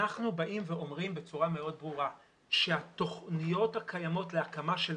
אנחנו באים ואומרים בצורה מאוד ברורה שהתוכניות הקיימות להקמה של